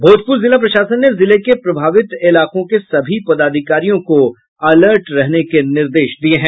भोजपुर जिला प्रशासन ने जिले के प्रभावित इलाकों के सभी पदाधिकारियों को अलर्ट रहने का निर्दश दिया है